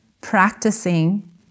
practicing